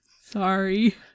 Sorry